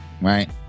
Right